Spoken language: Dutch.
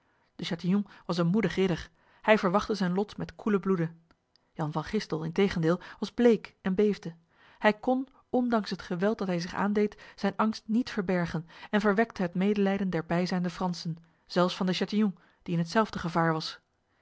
de chatillon was een moedig ridder hij verwachtte zijn lot met koelen bloede jan van gistel integendeel was bleek en beefde hij kon ondanks het geweld dat hij zich aandeed zijn angst niet verbergen en verwekte het medelijden der bijzijnde fransen zelfs van de chatillon die in hetzelfde gevaar was